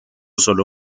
sólo